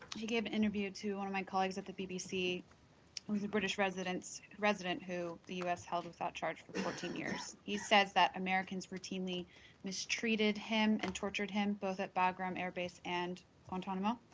he gave an interview to one of my colleagues at the bbc he was a british resident resident who the u s. held without charge for fourteen years. he says that americans routinely mistreated him and tortured him both at bagram air base and guantanamo.